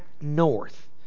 north